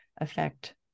affect